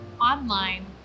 online